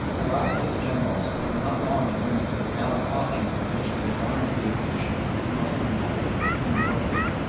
arrived at the general's, they were not long in learning that the gala costume with which they had honoured the occasion was most unhappily inappropriate.